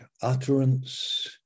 utterance